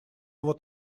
вот